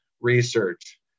research